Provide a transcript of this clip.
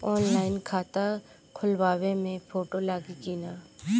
Online खाता खोलबाबे मे फोटो लागि कि ना?